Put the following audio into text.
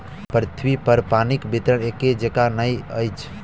पृथ्वीपर पानिक वितरण एकै जेंका नहि अछि